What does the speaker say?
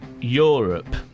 Europe